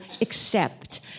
accept